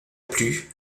plus